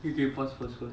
okay okay pause pause pause